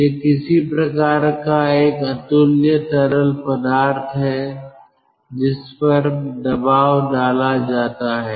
यह किसी प्रकार का एक अतुल्य तरल पदार्थ है जिस पर दबाव डाला जाता है